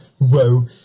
whoa